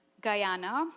Guyana